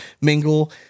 mingle